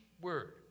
word